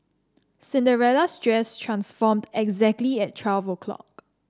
Cinderella's dress transformed exactly at twelve o'clock